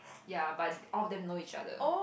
ya but all of them know each other